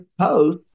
post